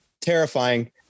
Terrifying